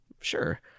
Sure